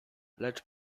lecz